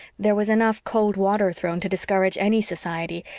there was enough cold water thrown to discourage any society.